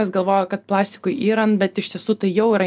kas galvojo kad plastikui yrant bet iš tiesų tai jau yra